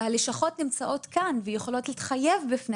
והלשכות נמצאות כאן ויכולות להתחייב בפני